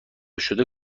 شده